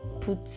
Put